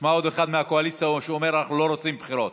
נשמע עוד אחד מהקואליציה שאומר: אנחנו לא רוצים בחירות.